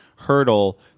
hurdle